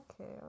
Okay